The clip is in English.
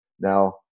Now